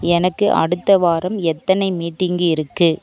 எனக்கு அடுத்த வாரம் எத்தனை மீட்டிங் இருக்கு